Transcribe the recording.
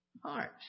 heart